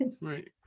Right